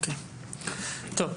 טוב.